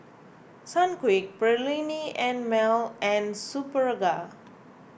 Sunquick Perllini and Mel and Superga